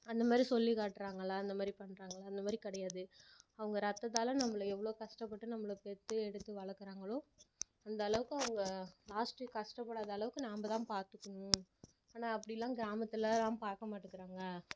அந்த மாதிரி சொல்லி காட்டுறாங்களா அந்த மாதிரி பண்ணுறாங்களா அந்த மாதிரி கிடையாது அவங்க ரத்தத்தால் நம்மளை எவ்வளோ கஷ்டப்பட்டு நம்மளை பெற்று எடுத்து வளர்க்குறாங்களோ அந்தளவுக்கு அவங்க லாஸ்ட்டு கஷ்டப்படாத அளவுக்கு நாம்தான் பார்த்துக்கணும் ஆனால் அப்படிலாம் கிராமத்துலெலாம் பார்க்க மாட்டேக்குறாங்க